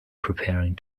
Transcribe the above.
preparing